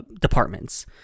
departments